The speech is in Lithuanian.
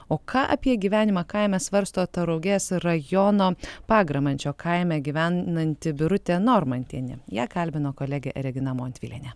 o ką apie gyvenimą kaime svarsto tauragės rajono pagramančio kaime gyvenanti birutė normantienė ją kalbino kolegė regina montvilienė